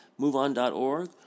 MoveOn.org